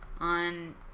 on